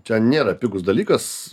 čia nėra pigus dalykas